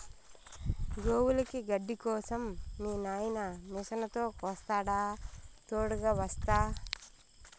గోవులకి గడ్డి కోసం మీ నాయిన మిషనుతో కోస్తాడా తోడుగ వస్తా